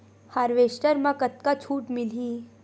Harvester म कतका छूट मिलही?